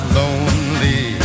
lonely